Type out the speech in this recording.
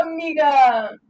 amiga